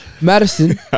madison